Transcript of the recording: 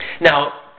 Now